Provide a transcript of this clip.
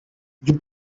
you